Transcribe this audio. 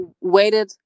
waited